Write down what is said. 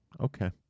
Okay